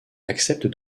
accepte